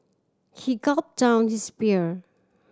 he gulped down his beer